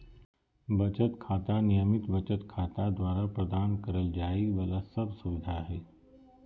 बचत खाता, नियमित बचत खाता द्वारा प्रदान करल जाइ वाला सब सुविधा हइ